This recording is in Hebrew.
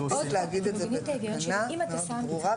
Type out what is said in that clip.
להגיד את זה בתקנה מאוד ברורה,